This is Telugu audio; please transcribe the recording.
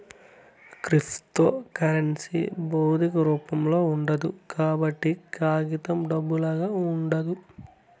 క్రిప్తోకరెన్సీ భౌతిక రూపంలో ఉండదు కాబట్టి కాగితం డబ్బులాగా ఉండదు